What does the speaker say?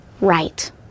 right